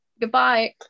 goodbye